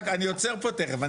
אני עוצר פה תכף.